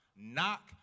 Knock